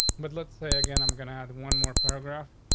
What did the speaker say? but let's say again, i'm going to have one more paragraph,